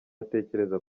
atekereza